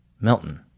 Milton